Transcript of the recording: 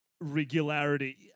regularity